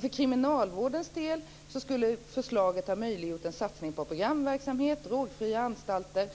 För kriminalvårdens del skulle förslaget ha möjliggjort en satsning på programverksamhet och drogfria anstalter.